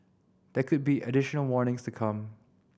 there could be additional warnings to come